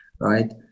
right